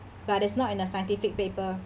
but it's not in a scientific paper